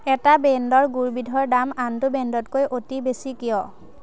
এটা ব্ৰেণ্ডৰ গুৰবিধৰ দাম আনটো ব্ৰেণ্ডতকৈ অতি বেছি কিয়